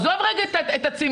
עזוב רגע את הצימוד,